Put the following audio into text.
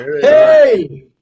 hey